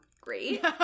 great